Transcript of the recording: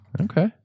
Okay